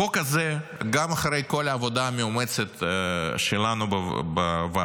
החוק הזה, גם אחרי כל העבודה המאומצת שלנו בוועדה,